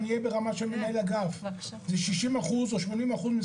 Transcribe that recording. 'או שמבקש הרישיון החליט על פירוקו